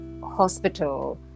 hospital